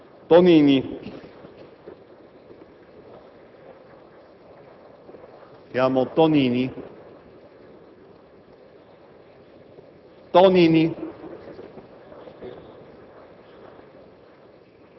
Tibaldi, Tofani, Tomassini, Tonini,